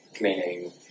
meaning